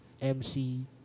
MC